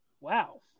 Wow